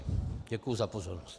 Děkuji za pozornost.